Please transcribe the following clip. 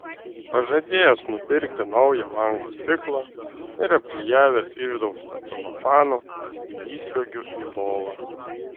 pažadėjęs nupirkti naują lango stiklą ir apklijavęs išdaužtą celofanu įsliuogiu į lovą